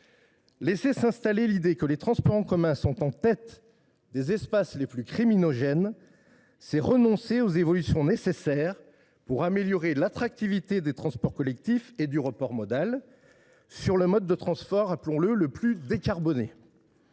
Laisser s’installer l’idée que les transports en commun figurent en tête des espaces les plus criminogènes, c’est renoncer aux évolutions nécessaires pour améliorer l’attractivité des transports collectifs et pour accentuer le report modal vers le système de transport le plus décarboné.